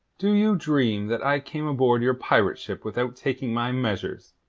do you dream that i came aboard your pirate ship without taking my measures?